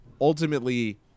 ultimately